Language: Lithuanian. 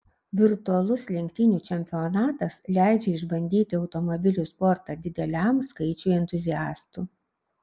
virtualus lenktynių čempionatas leidžia išbandyti automobilių sportą dideliam skaičiui entuziastų